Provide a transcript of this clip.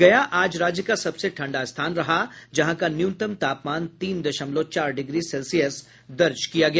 गया आज राज्य का सबसे ठंडा स्थान रहा जहां का न्यूनतम तापमान तीन दशमलव चार डिग्री सेल्सियस दर्ज किया गया